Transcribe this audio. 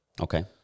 okay